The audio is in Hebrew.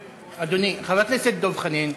אדוני, חבר הכנסת דב חנין,